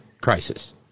crisis